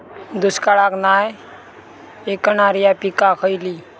दुष्काळाक नाय ऐकणार्यो पीका खयली?